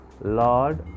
Lord